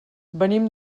venim